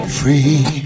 free